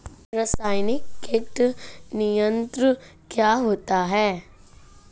रसायनिक कीट नियंत्रण क्या होता है?